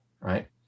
right